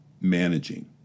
managing